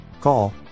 Call